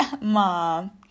Mom